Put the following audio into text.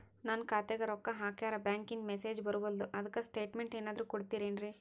ನನ್ ಖಾತ್ಯಾಗ ರೊಕ್ಕಾ ಹಾಕ್ಯಾರ ಬ್ಯಾಂಕಿಂದ ಮೆಸೇಜ್ ಬರವಲ್ದು ಅದ್ಕ ಸ್ಟೇಟ್ಮೆಂಟ್ ಏನಾದ್ರು ಕೊಡ್ತೇರೆನ್ರಿ?